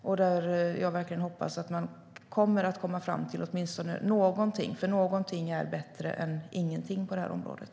Jag hoppas verkligen att man kommer fram till åtminstone någonting, för någonting är bättre än ingenting på det här området.